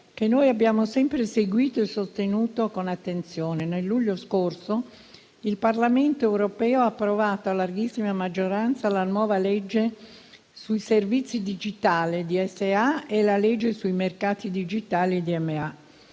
che noi abbiamo sempre seguito e sostenuto con attenzione. Nel luglio scorso il Parlamento europeo ha approvato a larghissima maggioranza la nuova legge sui servizi digitali (*digital services act*: DSA) e la legge sui mercati digitali